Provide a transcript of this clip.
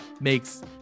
makes